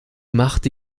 machte